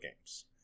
games